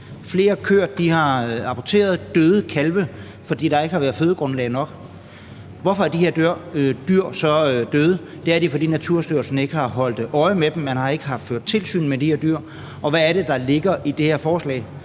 flere køer har aborteret kalve, fordi der ikke har været fødegrundlag nok. Hvorfor er de her dyr så døde? Det er de, fordi Naturstyrelsen ikke har holdt øje med dem. Man har ikke ført tilsyn med de her dyr. Og hvad er det, der ligger i det her forslag?